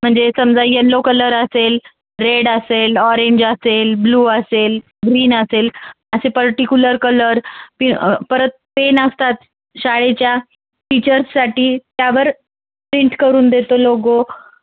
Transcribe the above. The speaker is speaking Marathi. म्हणजे समजा येल्लो कलर असेल रेड असेल ऑरेंज असेल ब्लू असेल ग्रीन असेल असे पर्टिक्युलर कलर पि परत पेन असतात शाळेच्या टीचर्ससाठी त्यावर प्रिंट करून देतो लोगो